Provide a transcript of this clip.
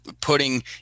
putting